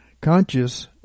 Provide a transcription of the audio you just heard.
Conscious